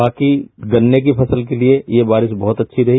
बाकी गन्ने की फसल के लिये यह बारिश बहुत अच्छी रही